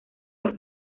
los